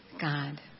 God